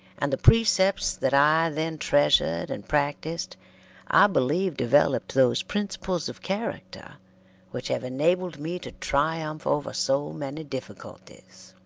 and the precepts that i then treasured and practised i believe developed those principles of character which have enabled me to triumph over so many difficulties.